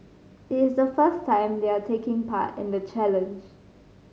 it is the first time they are taking part in the challenge